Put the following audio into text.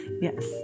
Yes